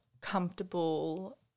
comfortable